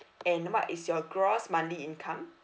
and what is your gross monthly income